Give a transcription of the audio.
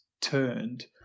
turned